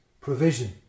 Provision